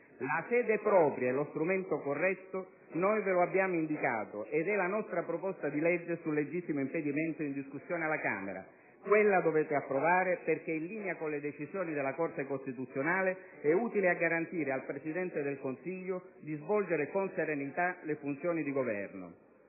La sede propria e lo strumento corretto noi ve lo abbiamo indicato ed è la nostra proposta di legge sul legittimo impedimento in discussione alla Camera dei deputati. Quella dovete approvare, perché è in linea con le decisioni della Corte costituzionale ed è utile a garantire al Presidente del Consiglio di svolgere con serenità le funzioni di governo.